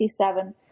1967